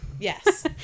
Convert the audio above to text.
yes